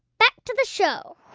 back to the show